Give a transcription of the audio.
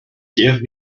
give